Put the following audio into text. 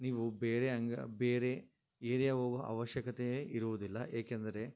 ನೀವು ಬೇರೆ ಅಂಗ ಬೇರೆ ಏರಿಯಾಗೆ ಹೋಗೋ ಅವಶ್ಯಕತೆ ಇರುವುದಿಲ್ಲ ಏಕೆಂದರೆ